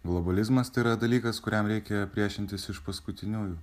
globalizmas tai yra dalykas kuriam reikia priešintis iš paskutiniųjų